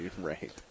Right